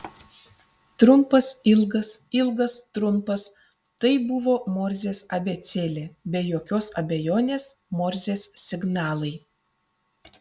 trumpas ilgas ilgas trumpas tai buvo morzės abėcėlė be jokios abejonės morzės signalai